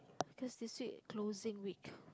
cause this week closing week